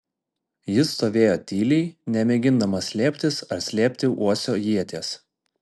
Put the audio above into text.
jis stovėjo tyliai nemėgindamas slėptis ar slėpti uosio ieties